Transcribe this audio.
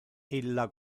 illa